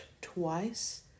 Twice